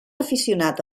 aficionat